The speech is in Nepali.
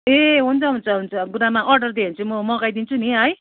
ए हुन्छ हुन्छ हुन्छ गुरुआमा अर्डर दियो भने चाहिँ म मगाइदिन्छु नि है